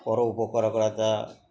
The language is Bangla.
পরোপকার করাটা